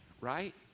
right